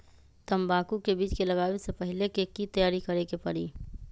तंबाकू के बीज के लगाबे से पहिले के की तैयारी करे के परी?